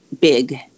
big